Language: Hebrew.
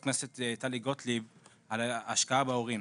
הכנסת טלי גוטליב על ההשקעה בהורים.